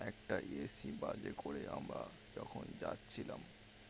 একটা এসি বাজে করে আমরা যখন যাচ্ছিলাম